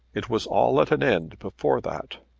it was all at an end before that.